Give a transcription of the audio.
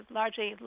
largely